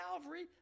Calvary